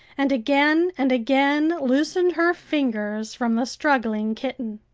and again and again loosened her fingers from the struggling kitten.